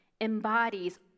embodies